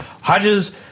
Hodges